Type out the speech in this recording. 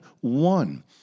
one